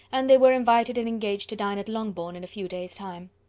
and they were invited and engaged to dine at longbourn in a few days time.